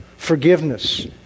Forgiveness